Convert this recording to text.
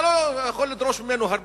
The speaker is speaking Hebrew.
אתה לא יכול לדרוש ממנו הרבה,